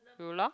Rolla